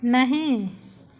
नहि